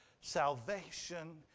Salvation